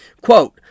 Quote